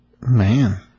Man